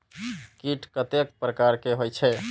कीट कतेक प्रकार के होई छै?